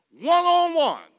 one-on-one